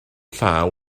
llaw